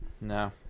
no